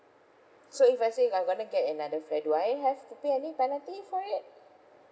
so if I say I'm gonna get another flat do I have to pay any penalty for it